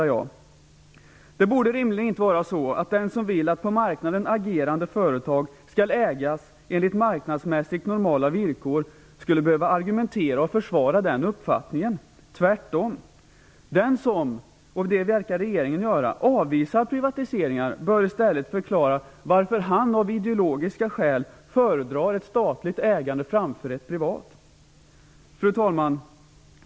Det borde rimligen inte vara så att den som vill att på marknaden agerande företag skall ägas enligt marknadsmässigt normala villkor skall behöva argumentera för och försvara den uppfattningen. Tvärtom! Den som avvisar privatiseringar, vilket regeringen verkar göra, bör i stället förklara varför denne av ideologiska skäl föredrar ett statligt ägande framför ett privat. Fru talman!